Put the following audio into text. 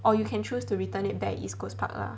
or you can choose to return it back east coast park lah